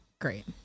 great